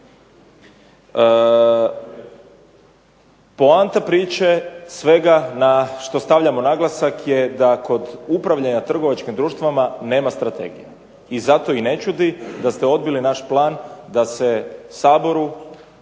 Poanta priče svega na što stavljamo naglasak je da kod upravljanja trgovačkim društvima nema strategije i zato i ne čudi da ste odbili naš plan da se Saboru